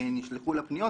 שנשלחו לפניות,